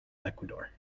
ecuador